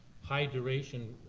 high-duration